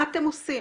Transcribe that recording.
מה אתם עושים?